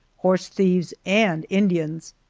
horse thieves, and indians!